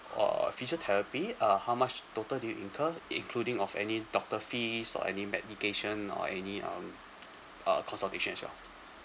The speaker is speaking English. uh physiotherapy uh how much total did you incur including of any doctor fees or any medication or any um uh cost of as well